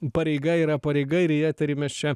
pareiga yra pareiga ir į eterį mes čia